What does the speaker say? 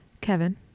Kevin